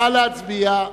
נא להצביע.